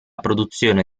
produzione